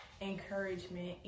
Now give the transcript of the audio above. encouragement